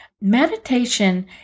Meditation